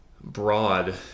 broad